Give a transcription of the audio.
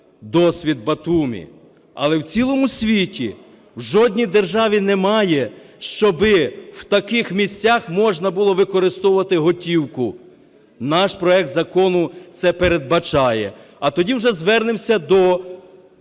досвід Батумі. Але в цілому світі, в жодній державі немає, щоб в таких місцях можна було використовувати готівку. Наш проект закону це передбачає. А тоді вже звернемося до